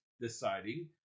deciding